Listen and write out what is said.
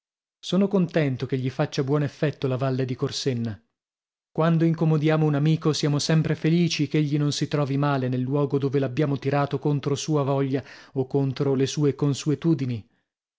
sono contento che gli faccia buon effetto la valle di corsenna quando incomodiamo un amico siamo sempre felici ch'egli non si trovi male nel luogo dove l'abbiamo tirato contro sua voglia o contro le sue consuetudini